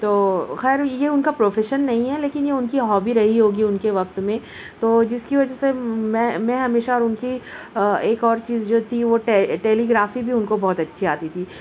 تو خیر یہ ان کا پروفیشن نہیں ہے لیکن یہ ان کی ہابی رہی ہوگی ان کے وقت میں تو جس کی وجہ سے میں میں ہمیشہ اور ان کی ایک اور چیز جو تھی وہ ٹے ٹیلی گرافی بھی ان کو بہت اچھی آتی تھی